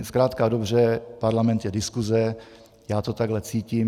Zkrátka a dobře parlament je diskuse, já to takhle cítím.